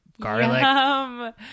garlic